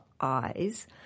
eyes